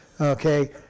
Okay